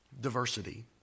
Diversity